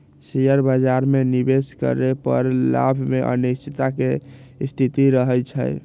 share बाजार में निवेश करे पर लाभ में अनिश्चितता के स्थिति रहइ छइ